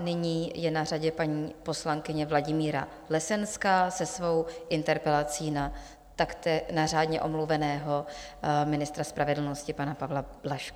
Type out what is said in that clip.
Nyní je na řadě paní poslankyně Vladimíra Lesenská se svou interpelací na řádně omluveného pana ministra spravedlnosti pana Pavla Blažka.